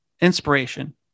inspiration